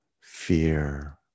Fear